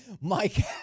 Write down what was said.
Mike